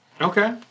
okay